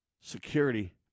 security